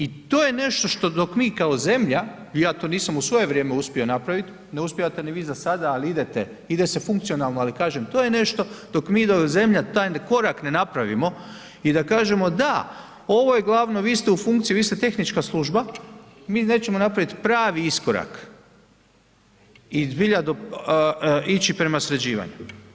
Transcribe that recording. I to je nešto što dok mi kao zemlja, ja to nisam u svoje vrijeme uspio napravit, ne uspijevate ni vi zasada ali ide se funkcionalno ali kažem, to je nešto dok mi, dok zemlja taj korak ne napravimo i da kažemo da, glavno, vi ste u funkciji, vi ste tehnička služba, mi nećemo napraviti pravi iskorak i zbilja ići prema sređivanju.